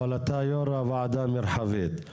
אבל אתה יו"ר הוועדה המרחבית.